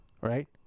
Right